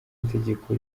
itegeko